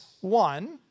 One